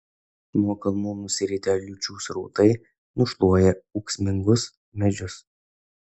nuo kalnų nusiritę liūčių srautai nušluoja ūksmingus medžius